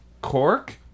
Cork